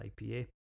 IPA